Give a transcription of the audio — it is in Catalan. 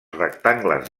rectangles